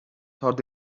thought